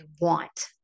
want